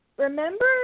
Remember